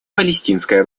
палестинское